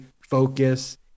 focus